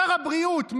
שר הבריאות,